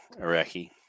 Iraqi